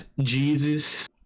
Jesus